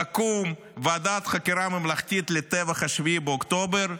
תקום ועדת חקירה ממלכתית לטבח 7 באוקטובר,